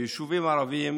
ביישובים ערביים,